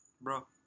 Bro